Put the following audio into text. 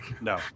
No